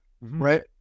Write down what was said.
Right